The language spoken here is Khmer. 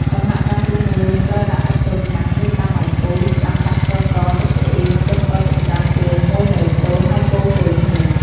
ដំណាក់កាលទី១ យើងត្រូវដាក់ទឹកចូលឆ្នាំង រួចដាំឱ្យពុះ ចាំដាក់ស្ករស ទឹកស៊ីអ៉ីវ ខ្ទឹមសចិញ្ច្រាំជាមួយម្រេចចូល ហើយកូរចូលគ្នា។